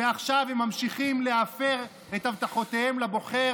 ועכשיו הם ממשיכים להפר את הבטחותיהם לבוחר